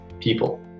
people